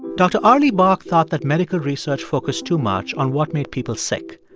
dr. arlie bock thought that medical research focused too much on what made people sick.